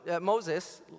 Moses